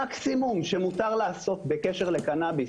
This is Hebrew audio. מקסימום שמותר לעשות בקשר לקנביס,